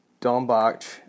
Dombach